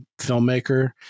filmmaker